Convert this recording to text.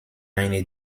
eine